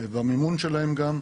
ובמימון שלהם גם.